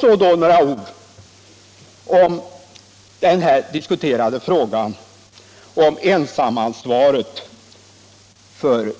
Så några ord om den diskuterade frågan om hur ensamansvaret för